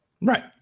Right